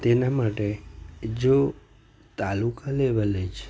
તેના માટે જો તાલુકા લેવલે જ